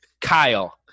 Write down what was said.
Kyle